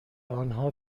آنها